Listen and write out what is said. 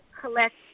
collect